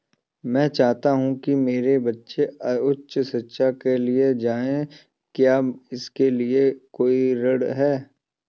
मैं चाहता हूँ कि मेरे बच्चे उच्च शिक्षा के लिए जाएं क्या इसके लिए कोई ऋण है?